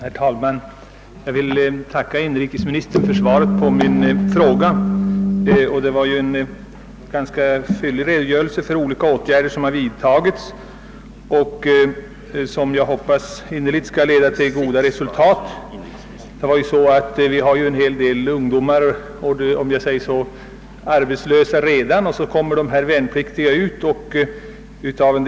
Herr talman! Jag ber att få tacka inrikesministern för svaret på min fråga. Svaret innehåller ju en fyllig redogörelse för olika åtgärder som vidtagits och som jag innerligt hoppas skall leda till goda resultat. Vi har ju redan en hel del arbetslösa ungdomar, och så kommer nu i april dessa värnpliktiga ut på arbetsmarknaden.